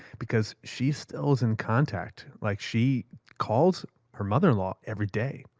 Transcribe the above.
because she still is in contact. like she calls her mother-in-law every day.